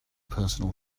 personal